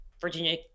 Virginia